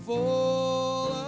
for